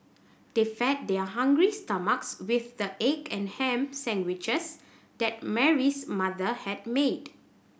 they fed their hungry stomachs with the egg and ham sandwiches that Mary's mother had made